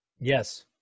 Yes